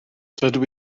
dydw